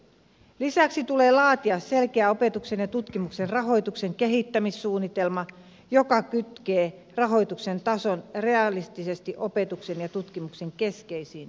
lisäksi tulee laatia selkeä opetuksen ja tutkimuksen rahoituksen kehittämissuunnitelma joka kytkee rahoituksen tason realistisesti opetuksen ja tutkimuksen keskeisiin tavoitteisiin